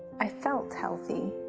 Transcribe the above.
i felt healthy,